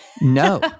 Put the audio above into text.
No